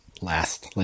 last